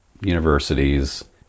universities